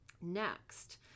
Next